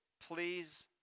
please